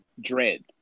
dread